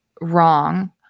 wrong